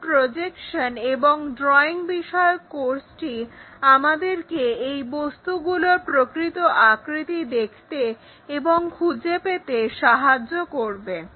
এই প্রজেকশন এবং ড্রয়িং বিষয়ক কোর্সটি আমাদেরকে এই বস্তুগুলোর প্রকৃত আকৃতিকে দেখতে এবং খুঁজে পেতে সাহায্য করবে